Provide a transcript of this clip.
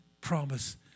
promise